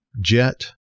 jet